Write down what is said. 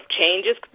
changes